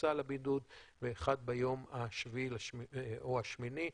בכניסה לבידוד ואחת ביום השביעי או השמיני.